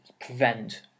prevent